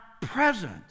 present